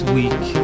week